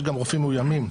יש גם רופאים מאוימים,